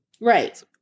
Right